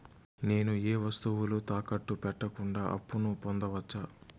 నేను ఏ వస్తువులు తాకట్టు పెట్టకుండా అప్పును పొందవచ్చా?